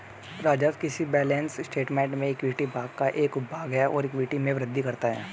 राजस्व किसी balance statement में इक्विटी भाग का एक उपभाग है और इक्विटी में वृद्धि करता है